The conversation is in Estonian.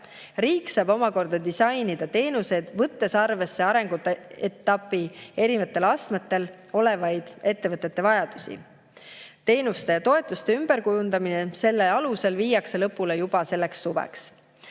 Riik saab omakorda disainida teenused, võttes arvesse arenguetapi erinevatel astmetel olevate ettevõtete vajadusi. Teenuste ja toetuste ümberkujundamine selle alusel viiakse lõpule juba selleks suveks.